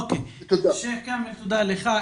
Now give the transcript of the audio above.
שייח' כאמל תודה לך.